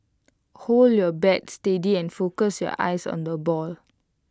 hold your bat steady and focus your eyes on the ball